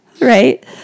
right